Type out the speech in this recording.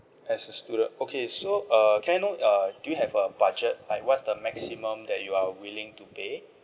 as a student okay so err can I know uh do you have a budget like what's the maximum that you are willing to pay